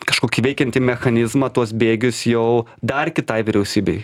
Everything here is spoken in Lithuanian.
kažkokį veikiantį mechanizmą tuos bėgius jau dar kitai vyriausybei